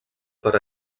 per